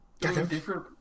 different